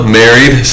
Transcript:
married